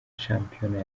shampiona